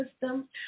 system